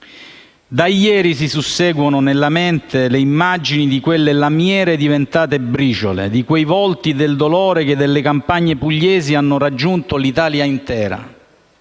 Da ieri si susseguono nella mente le immagini di quelle lamiere diventate briciole, di quei volti del dolore che dalle campagne pugliesi hanno raggiunto l'Italia intera,